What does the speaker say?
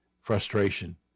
frustration